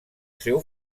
seu